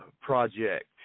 Project